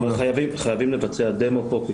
אבל חייבים לבצע דמו פה,